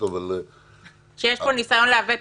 אני אומרת